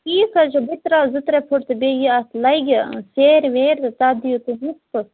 ٹھیٖک حظ چھُ بہٕ تہِ ترٛاوٕ زٕ ترٛےٚ فُٹہٕ تہٕ بیٚیہِ یہِ اتھ لَگہِ سیرِ ویرِتتھ دِیِو تُہۍ لِسٹہٕ